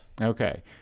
okay